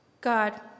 God